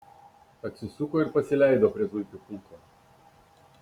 atsisuko ir pasileido prie zuikių pulko